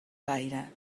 gaire